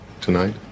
tonight